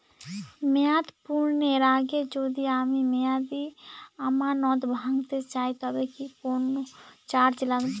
মেয়াদ পূর্ণের আগে যদি আমি মেয়াদি আমানত ভাঙাতে চাই তবে কি কোন চার্জ লাগবে?